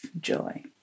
joy